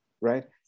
right